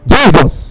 Jesus